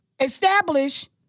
Establish